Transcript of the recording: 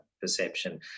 perception